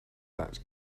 that